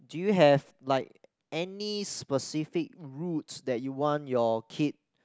do you have like any specific routes that you want your kid